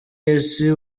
y’isi